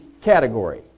category